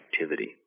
activity